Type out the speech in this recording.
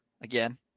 Again